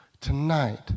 tonight